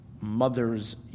mother's